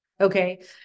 okay